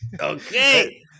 Okay